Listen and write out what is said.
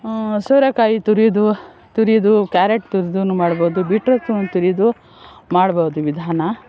ಸೋರೆಕಾಯಿ ತುರಿದು ತುರಿದು ಕ್ಯಾರೆಟ್ ತುರಿದೂನು ಮಾಡ್ಬೋದು ಬೀಟ್ರೋಟ್ ತುರಿದು ಮಾಡ್ಬೋದು ವಿಧಾನ